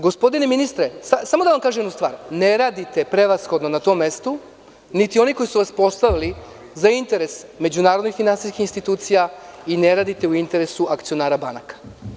Gospodine ministre, samo da vam kažem jednu stvar, ne radite prevashodno na tom mestu, niti oni koji su vas postavili za interes međunarodnih finansijskih institucija i ne radite u interesu akcionara banaka.